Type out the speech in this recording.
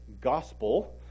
gospel